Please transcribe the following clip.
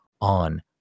on